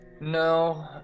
No